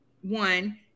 One